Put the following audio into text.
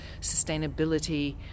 sustainability